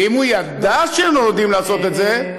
ואם הוא ידע שעומדים לעשות את זה,